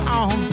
on